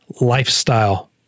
lifestyle